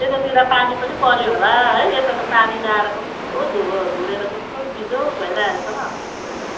त्यतातिर पानी पनि पऱ्यो होला है यता त पानी नआएर कस्तो धुलोहरू उडेर कस्तो बिजोक भइरहेछ हौ हाम्रोतिर त